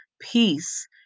Peace